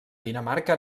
dinamarca